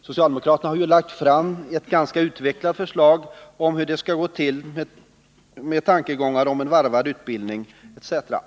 Socialdemokraterna har ju lagt fram ett ganska utvecklat förslag om hur det skall gå till med tankegångar om varvad utbildning m.m.